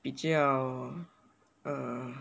比较 err